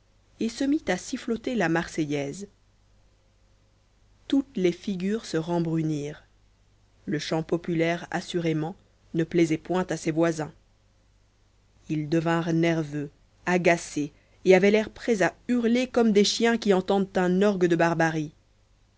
et se mit à siffloter la marseillaise toutes les figures se rembrunirent le chant populaire assurément ne plaisait point à ses voisins ils devinrent nerveux agacés et avaient l'air prêts à hurler comme des chiens qui entendent un orgue de barbarie